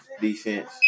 defense